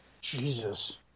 Jesus